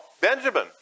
Benjamin